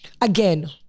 again